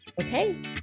Okay